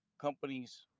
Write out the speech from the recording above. companies